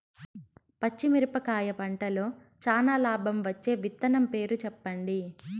పచ్చిమిరపకాయ పంటలో చానా లాభం వచ్చే విత్తనం పేరు చెప్పండి?